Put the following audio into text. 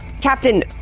captain